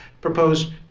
proposed